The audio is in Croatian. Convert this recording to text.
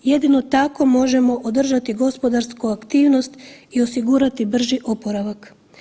Jedino tako možemo održati gospodarsku aktivnost i osigurati brži oporavak.